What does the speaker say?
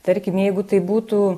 tarkim jeigu tai būtų